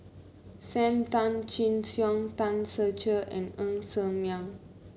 Sam Tan Chin Siong Tan Ser Cher and Ng Ser Miang